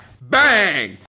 Bang